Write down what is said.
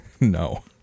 No